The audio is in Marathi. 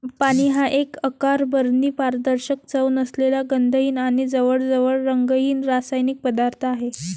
पाणी हा एक अकार्बनी, पारदर्शक, चव नसलेला, गंधहीन आणि जवळजवळ रंगहीन रासायनिक पदार्थ आहे